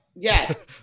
Yes